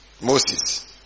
Moses